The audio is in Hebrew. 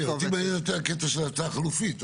כן אותי מעניינת יותר הקטע של ההצעה החלופית.